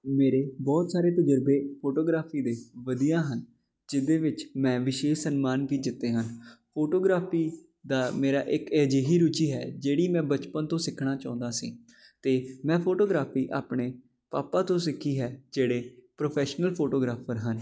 ਮੇਰੇ ਬਹੁਤ ਸਾਰੇ ਤਜ਼ਰਬੇ ਫੋਟੋਗਰਾਫੀ ਦੇ ਵਧੀਆ ਹਨ ਜਿਹਦੇ ਵਿੱਚ ਮੈਂ ਵਿਸ਼ੇਸ਼ ਸਨਮਾਨ ਵੀ ਜਿੱਤੇ ਹਨ ਫੋਟੋਗ੍ਰਾਫੀ ਦਾ ਮੇਰਾ ਇੱਕ ਅਜਿਹੀ ਰੁਚੀ ਹੈ ਜਿਹੜੀ ਮੈਂ ਬਚਪਨ ਤੋਂ ਸਿੱਖਣਾ ਚਾਹੁੰਦਾ ਸੀ ਅਤੇ ਮੈਂ ਫੋਟੋਗ੍ਰਾਫੀ ਆਪਣੇ ਪਾਪਾ ਤੋਂ ਸਿੱਖੀ ਹੈ ਜਿਹੜੇ ਪ੍ਰੋਫੈਸ਼ਨਲ ਫੋਟੋਗ੍ਰਾਫਰ ਹਨ